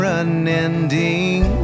unending